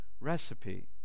recipe